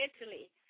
Italy